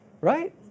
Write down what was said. right